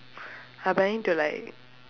I planning to like